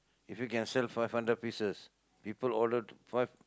if you can sell five hundred pieces people ordered five